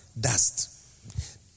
dust